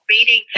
reading